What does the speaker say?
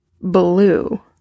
Blue